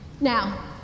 Now